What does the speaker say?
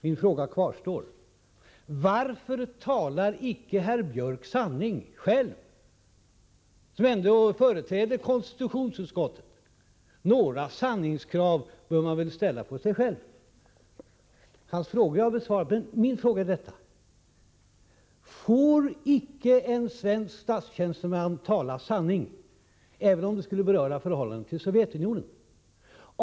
Min fråga kvarstår: Varför talar icke herr Björck själv sanning? Han företräder ändå konstitutionsutskottet. Några sanningskrav bör man väl ställa på sig själv. Anders Björcks frågor har jag redan besvarat. Mina frågor är: Får icke en svensk statstjänsteman tala sanning, även om det skulle beröra förhållandet till Sovjetunionen?